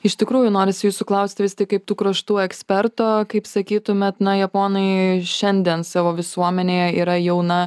iš tikrųjų norisi jūsų klausti vis tik kaip tų kraštų eksperto kaip sakytumėt na japonai šiandien savo visuomenėje yra jau na